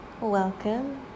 Welcome